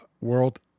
world